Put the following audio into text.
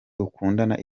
ukundana